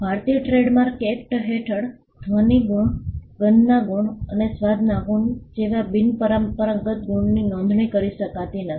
ભારતીય trademark act હેઠળ ધ્વનિ ગુણ ગંધના ગુણ અને સ્વાદના ગુણ જેવા બિનપરંપરાગત ગુણની નોંધણી કરી શકાતી નથી